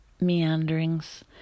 meanderings